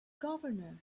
governor